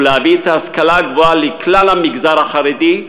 ולהביא את ההשכלה הגבוהה לכלל המגזר החרדי,